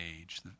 age